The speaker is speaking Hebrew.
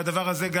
והדבר הזה,